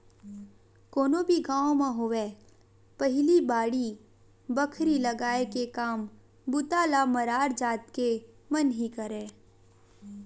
कोनो भी गाँव म होवय पहिली बाड़ी बखरी लगाय के काम बूता ल मरार जात के मन ही करय